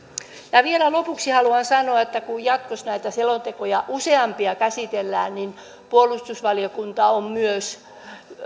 vielä lopuksi haluan sanoa että kun jatkossa näitä selontekoja käsitellään useampia niin puolustusvaliokunta on myös